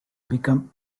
become